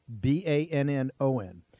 B-A-N-N-O-N